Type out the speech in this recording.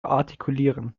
artikulieren